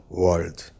world